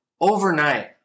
overnight